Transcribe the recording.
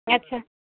ଆଚ୍ଛା